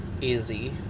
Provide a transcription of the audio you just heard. easy